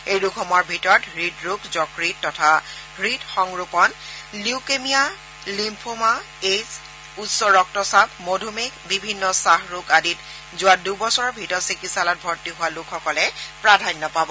এই ৰোগসমূহৰ ভিতৰত হৃদৰোগ যকৃত তথা হৃদসংৰোপণ লিউকেমিয়া লিম্ফোমা এইডছ উচ্চৰক্তচাপ মধুমেহ বিভিন্ন খাসৰোগ আদিত যোৱা দুবছৰৰ ভিতৰত চিকিৎসালয়ত ভৰ্তি হোৱা লোকসকলে প্ৰাধান্য পাব